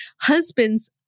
husbands